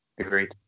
Agreed